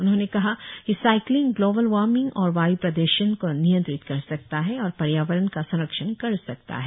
उन्होंने कहा कि साइक्लिंग ग्लोवेल वार्मिंग और वाय् प्र द्षण को नियत्रित कर सकता है और पर्यावरण का संरक्षण कर सकता है